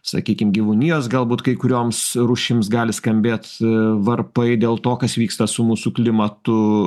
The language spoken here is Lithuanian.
sakykim gyvūnijos galbūt kai kurioms rūšims gali skambėt varpai dėl to kas vyksta su mūsų klimatu